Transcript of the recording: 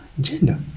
gender